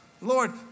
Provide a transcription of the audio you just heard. Lord